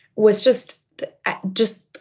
was just i just